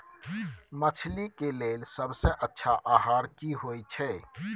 मछली के लेल सबसे अच्छा आहार की होय छै?